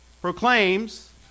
proclaims